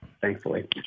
Thankfully